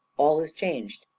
all is changed.